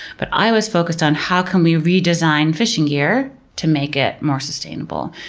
but i was focused on how can we redesign fishing gear to make it more sustainable.